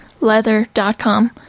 leather.com